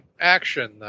action